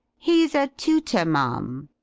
he's a tutor, ma'am.